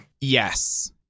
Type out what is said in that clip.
Yes